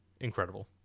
Incredible